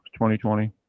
2020